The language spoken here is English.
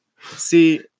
see